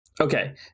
Okay